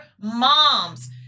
moms